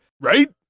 Right